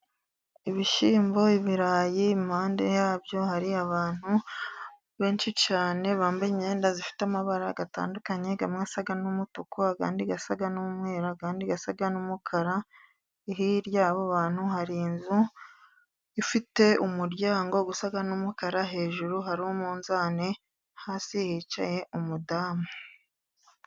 Ibishyimbo, ibirayi, impande yabyo hari abantu benshi cyane bambaye imyenda ifite amabara atandukanye, amwe asa n'umutuku, andi asa n'umweru, andi asa n'umukara. Hirya y'abo bantu hari inzu ifite umuryango usa n'umukara, hejuru hari umunzani, hasi hicaye umudamu.